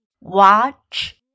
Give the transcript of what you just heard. watch